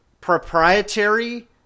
proprietary